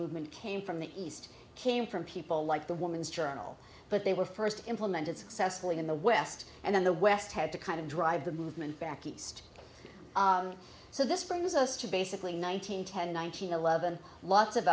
movement came from the east came from people like the woman's journal but they were first implemented successfully in the west and then the west had to kind of drive the movement back east so this brings us to basically nine hundred ten thousand nine hundred eleven lots of